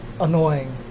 annoying